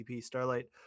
Starlight